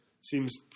seems